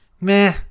Meh